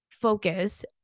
focus